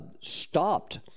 stopped